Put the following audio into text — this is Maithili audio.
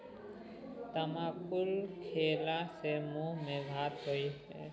तमाकुल खेला सँ मुँह मे घाह होएत